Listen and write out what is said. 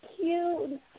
cute